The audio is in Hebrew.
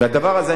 הדבר הזה,